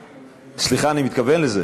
סליחה, אני מתכוון לזה.